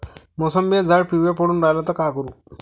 मोसंबीचं झाड पिवळं पडून रायलं त का करू?